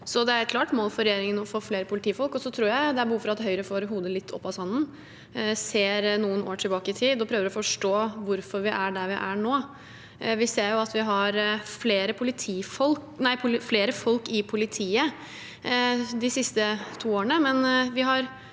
et klart mål for regjeringen å få flere politifolk. Jeg tror det er behov for at Høyre får hodet litt opp av sanden, ser noen år tilbake i tid og prøver å forstå hvorfor vi er der vi er nå. Vi ser at vi har fått flere folk i politiet de siste to årene,